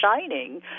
Shining